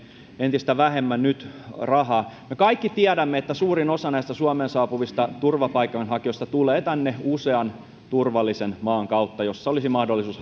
entistä vähemmän nyt rahaa me kaikki tiedämme että suurin osa näistä suomeen saapuvista turvapaikanhakijoista tulee tänne usean turvallisen maan kautta joissa olisi mahdollisuus